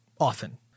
often